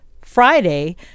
friday